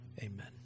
amen